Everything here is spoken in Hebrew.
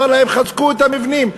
אמר להם: חזקו את המבנים,